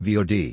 Vod